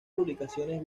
publicaciones